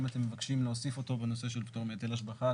אם אתם מבקשים להוסיף אותו בנושא של פטור מהיטל השבחה,